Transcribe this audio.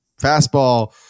fastball